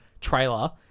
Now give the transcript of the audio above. trailer